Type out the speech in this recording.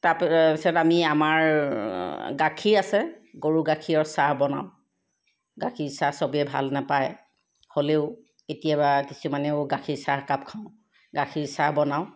তাৰপিছত আমি আমাৰ গাখীৰ আছে গৰু গাখীৰৰ চাহ বনাওঁ গাখীৰ চাহ চবেই ভাল নাপায় হ'লেও কেতিয়াবা কিছুমানেও গাখীৰ চাহকাপ গাখীৰ চাহ বনাওঁ